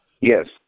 Yes